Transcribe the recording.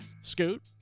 Scoot